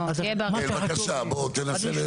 בבקשה, בוא תנסה.